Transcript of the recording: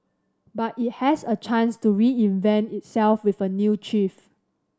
but it has a chance to reinvent itself with a new chief